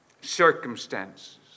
circumstances